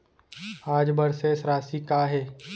आज बर शेष राशि का हे?